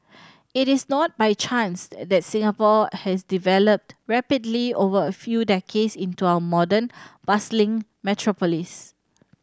it is not by chance that Singapore has developed rapidly over a few decades into our modern bustling metropolis